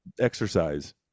exercise